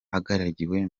agaragiwe